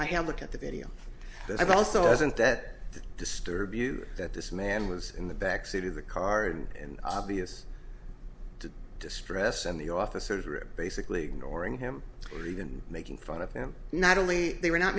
i have looked at the video and i've also isn't that disturb you that this man was in the back seat of the car in obvious to distress and the officers were basically ignoring him or even making fun of him not only they were not